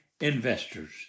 investors